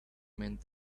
meant